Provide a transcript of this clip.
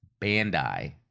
Bandai